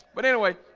but anyway